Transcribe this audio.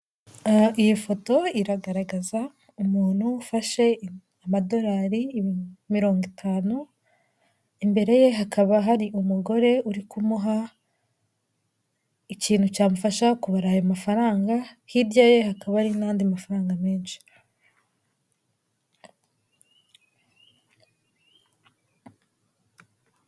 Iyi foto iragaragaza umuntu ufashe amadorari mirongo itanu imbere ye hakaba hari umugore uri kumuha ikintu cyamufasha kubara aya mafaranga, hirya ye hakaba hari n'andi mafaranga menshi.